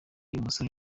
umusore